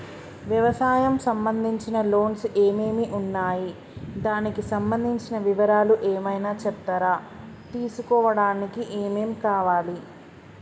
వ్యవసాయం సంబంధించిన లోన్స్ ఏమేమి ఉన్నాయి దానికి సంబంధించిన వివరాలు ఏమైనా చెప్తారా తీసుకోవడానికి ఏమేం కావాలి?